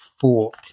thought